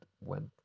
went